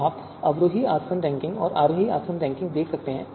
तो आप अवरोही आसवन रैंकिंग और आरोही आसवन रैंकिंग देख सकते हैं